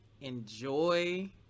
enjoy